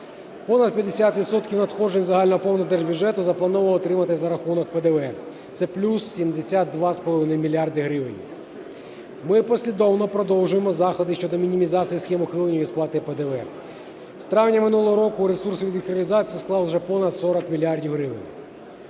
відсотків надходжень загального фонду держбюджету заплановано отримати за рахунок ПДВ, це плюс 72,5 мільярда гривень. Ми послідовно продовжуємо заходи щодо мінімізації схем ухилення від сплати ПДВ. З травня минулого року ресурс від їх реалізації склав уже понад 40 мільярдів